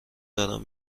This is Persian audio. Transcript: دارم